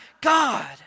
God